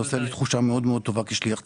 זה נותן לי תחושה מאוד מאוד טובה כשליח ציבור.